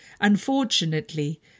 Unfortunately